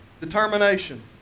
Determination